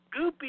goopy